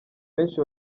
benshi